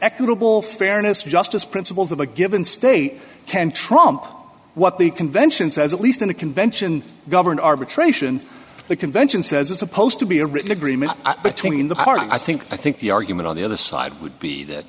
equitable fairness justice principles of a given state can trump what the convention says at least in the convention govern arbitration the convention says it's supposed to be a written agreement between the parties i think i think the argument on the other side would be that